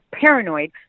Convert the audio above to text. paranoid